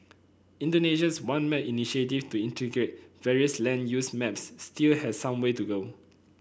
Indonesia's One Map initiative to integrate various land use maps still has some way to go